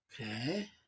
Okay